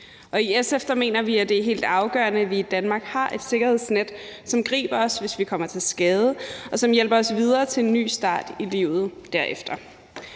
I SF mener vi, at det er helt afgørende, at vi i Danmark har et sikkerhedsnet, som griber os, hvis vi kommer til skade, og som hjælper os videre til en ny start i livet derefter.